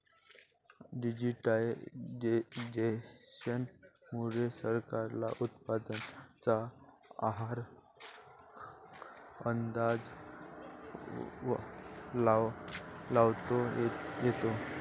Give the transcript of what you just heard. digitisation मुळे सरकारला उत्पादनाचा आगाऊ अंदाज लावता येतो